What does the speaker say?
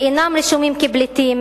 שאינם רשומים כפליטים,